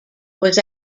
was